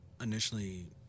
initially